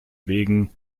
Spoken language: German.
wegen